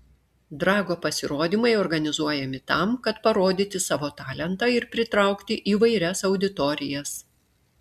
drago pasirodymai organizuojami tam kad parodyti savo talentą ir pritraukti įvairias auditorijas